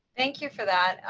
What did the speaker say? thank you for that.